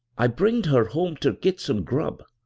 i bringed her home ter git some grub.